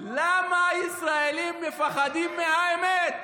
אנחנו מפחדים, למה ישראלים מפחדים מהאמת?